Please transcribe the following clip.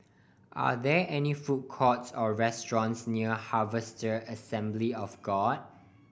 are there any food courts or restaurants near Harvester Assembly of God